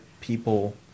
people